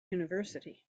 university